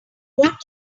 what